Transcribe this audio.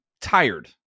tired